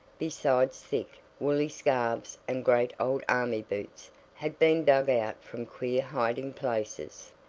besides thick, woolly scarfs and great old army boots had been dug out from queer hiding places,